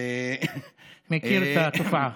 מכיר את התופעה.